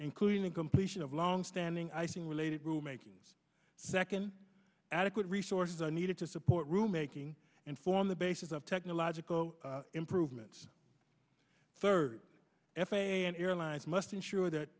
including the completion of long standing icing related rule makings second adequate resources are needed to support room making and form the basis of technological improvements third f a a and airlines must ensure that